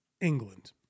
england